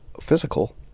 physical